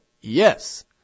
Yes